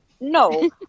No